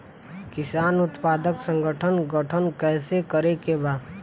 किसान उत्पादक संगठन गठन कैसे करके बा?